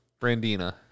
Brandina